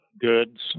goods